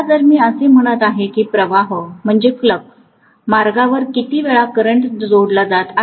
आता जर मी असे म्हणत आहे की प्रवाह फ्लक्स मार्गावर किती वेळा करंट जोडला जात आहे